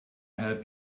help